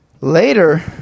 Later